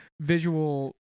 visual